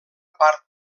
part